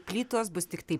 plytos bus tiktai